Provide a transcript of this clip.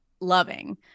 loving